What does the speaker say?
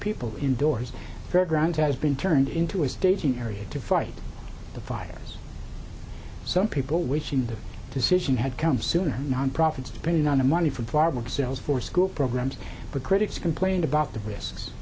people indoors the ground has been turned into a staging area to fight the fires some people wishing the decision had come sooner nonprofits depending on the money from farming cells for school programs but critics complained about the risks